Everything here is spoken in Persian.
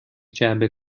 جعبه